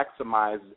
maximize